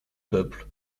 peuple